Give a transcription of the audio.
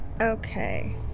Okay